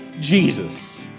Jesus